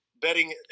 betting